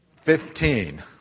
Fifteen